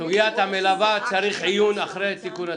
סוגיית המלווה צריכה עיון אחרי תיקון התקנות.